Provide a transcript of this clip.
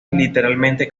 literalmente